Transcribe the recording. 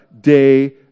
day